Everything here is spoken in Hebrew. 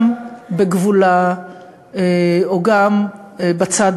גם בגבולה או גם בצד